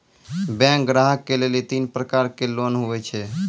Bank ग्राहक के लेली तीन प्रकर के लोन हुए छै?